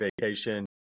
vacation